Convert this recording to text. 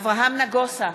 אברהם נגוסה,